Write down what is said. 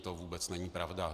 To vůbec není pravda.